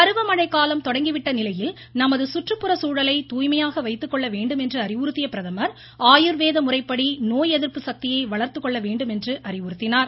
பருவ மழைக்காலம் தொடங்கிவிட்ட நிலையில் நமது சுற்றுப்புற சூழலை தூய்மையாக வைத்துக்கொள்ள வேண்டும் என்று அறிவுறுத்திய பிரதமர் ஆயுர்வேத முறைப்படி நோய் எதிர்ப்பு சக்தியை வளர்த்துக்கொள்ள வேண்டுமென்று அறிவுறுத்தினார்